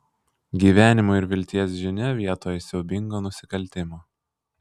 gyvenimo ir vilties žinią vietoj siaubingo nusikaltimo